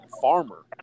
farmer